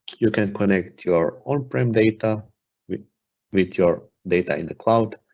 you can connect your on-prem data with with your data in the cloud,